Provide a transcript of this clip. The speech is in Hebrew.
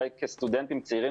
כסטודנטים צעירים,